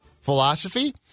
philosophy